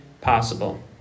possible